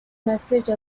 message